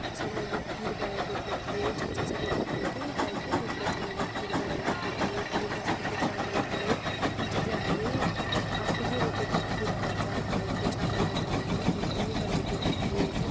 चाहिँ मैले खिर बनाइदिएको थिएँ जुन चाहिँ चाहिँ मेरो घरकै गाईकै दुधबाट मैले खिर बनाइदिएको थिएँ अनि बस्तीको चामलको नै जुन चाहिँ हाम्रै आफूले रोपेको खेतबाट भएको चामलबाट मैले खिर पनि बनाइदिएको थिएँ